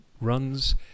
runs